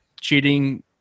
cheating